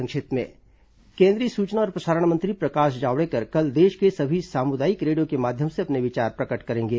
संक्षिप्त समाचार केंद्रीय सूचना और प्रसारण मंत्री प्रकाश जावड़ेकर कल देश के सभी सामुदायिक रेडियो के माध्यम से अपने विचार प्रकट करेंगे